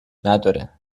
نداره